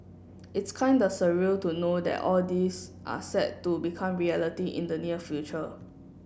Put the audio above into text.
it's kinda surreal to know that all this are set to become reality in the near future